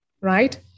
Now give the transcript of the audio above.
right